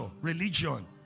religion